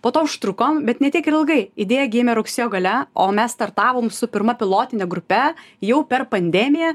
po to užtrukom bet ne tiek ir ilgai idėja gimė rugsėjo gale o mes startavom su pirma pilotine grupe jau per pandemiją